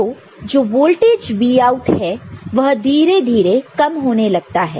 तो जो voltage Vout है वह धीरे धीरे कम होने लगता है